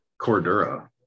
Cordura